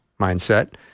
mindset